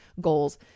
goals